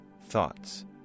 thoughts